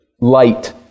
light